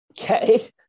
Okay